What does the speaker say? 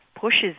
pushes